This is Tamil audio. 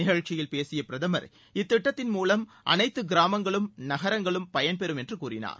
நிகழ்ச்சியில் பேசிய பிரதமர் இத்திட்டத்தின் மூலம் அனைத்து கிராமங்களும் நகரங்களும் பயன்பெறும் என்று கூறினார்